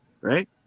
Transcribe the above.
right